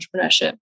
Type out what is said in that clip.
entrepreneurship